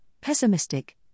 pessimistic